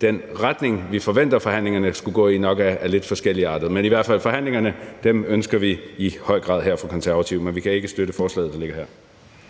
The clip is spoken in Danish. den retning, vi forventer forhandlingerne skal gå i, nok går i lidt forskellige retninger. I hvert fald ønsker vi fra konservativ side i høj grad forhandlingerne, men vi kan ikke støtte forslaget, der ligger her.